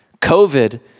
COVID